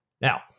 Now